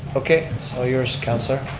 okay, it's all yours councilor.